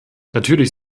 natürlich